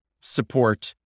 support